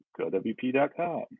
gowp.com